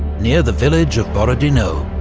near the village of borodino,